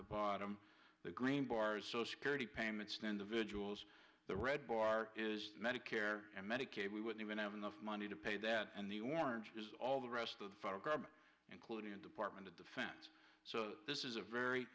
the bottom the green bars so security payments to individuals the red bar is medicare and medicaid we would even have enough money to pay that and the orange there's all the rest of the federal government including the department of defense so this is a very